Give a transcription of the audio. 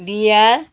Bihar